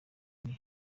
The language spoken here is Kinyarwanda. nti